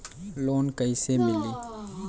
Loan कईसे मिली?